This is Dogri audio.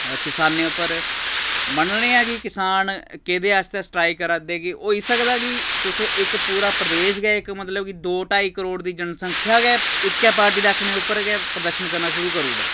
किसानें उप्पर मन्नने आं कि किसान केह्दे आस्तै स्ट्राईक करा दे कि होई सकदा कि तुस इक पूरा प्रदेश गै इक मतलब कि दो ढाई करोड़ दी जनसंख्या गै इक्कै पार्टी दे आखने उप्पर गै प्रदर्शन करना शुरू करी ओड़ै